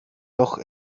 doch